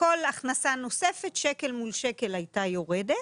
כל הכנסה נוספת, שקל מול שקל, הייתה יורדת